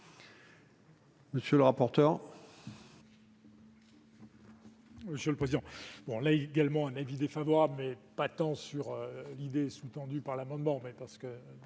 monsieur le rapporteur,